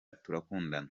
turakundana